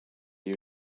you